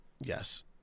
Yes